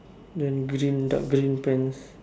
the green dark green pants